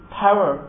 power